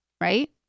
right